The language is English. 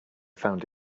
found